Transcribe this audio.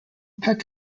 peck